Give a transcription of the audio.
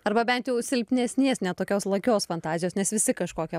arba bent jau silpnesnės ne tokios lakios fantazijos nes visi kažkokią